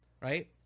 right